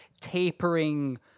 tapering